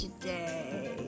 today